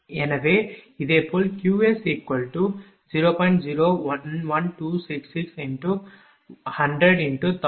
எனவே இதேபோல் Qs0